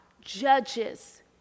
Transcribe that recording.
judges